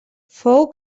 fou